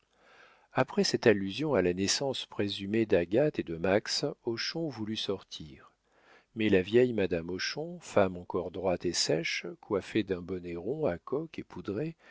après cette allusion à la naissance présumée d'agathe et de max hochon voulut sortir mais la vieille madame hochon femme encore droite et sèche coiffée d'un bonnet rond à coques et poudrée